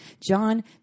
john